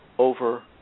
over